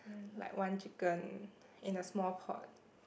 like one chicken in the small pot